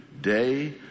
day